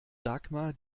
dagmar